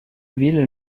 ville